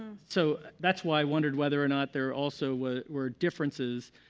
so that's why i wondered whether or not there also were were differences,